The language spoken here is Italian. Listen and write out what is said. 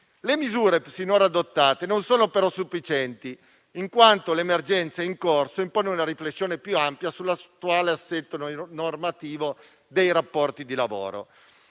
Le misure sinora adottate non sono però sufficienti, in quanto l'emergenza in corso impone una riflessione più ampia sull'attuale assetto normativo dei rapporti di lavoro.